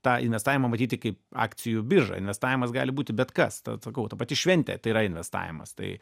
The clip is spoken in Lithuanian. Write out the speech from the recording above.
tą investavimą matyti kaip akcijų birža investavimas gali būti bet kas ta sakau ta pati šventė tai yra investavimas tai